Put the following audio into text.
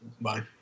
Bye